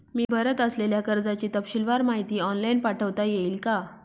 मी भरत असलेल्या कर्जाची तपशीलवार माहिती ऑनलाइन पाठवता येईल का?